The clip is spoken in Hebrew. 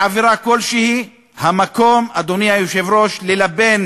בעבירה כלשהי, המקום, אדוני היושב-ראש, ללבן